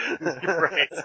Right